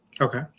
okay